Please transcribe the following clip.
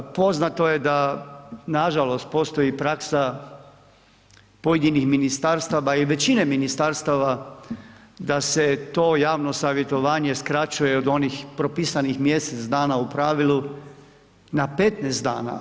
Poznato je da nažalost postoji praksa pojedinih ministarstava i većine ministarstava da se to javno savjetovanje skraćuje od onih propisanih mjesec dana u pravilu na 15 dana.